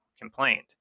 complained